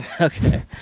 Okay